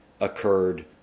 occurred